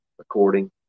according